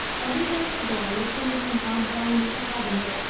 a reader of to-day, looking into an odd volume of the harbinger,